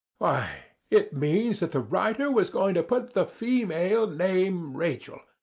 why, it means that the writer was going to put the female name rachel,